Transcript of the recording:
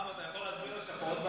רם, אתה יכול להסביר על שפעות בלבלב,